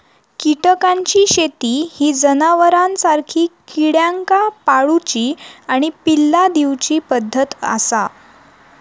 कीटकांची शेती ही जनावरांसारखी किड्यांका पाळूची आणि पिल्ला दिवची पद्धत आसा